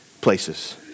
places